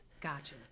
Gotcha